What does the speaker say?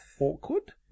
awkward